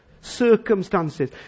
circumstances